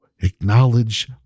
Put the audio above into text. acknowledge